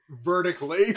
vertically